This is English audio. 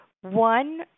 One